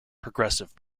progressive